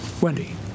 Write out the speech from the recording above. Wendy